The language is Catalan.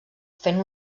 fent